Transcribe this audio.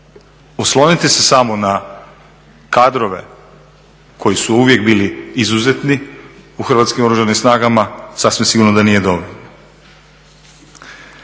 oslonite se samo na kadrove koji su uvijek bili izuzetni u hrvatskim Oružanim snagama sasvim sigurno da nije dobro.